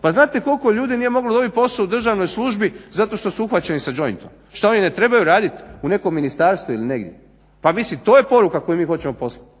Pa znate koliko ljudi nije moglo dobiti posao u državnoj službi zato što su uhvaćeni sa jointom. Šta oni ne trebaju radit u nekom Ministarstvu ili negdje? Pa mislim to je poruka koju mi hoćemo poslati.